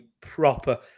proper